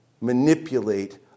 manipulate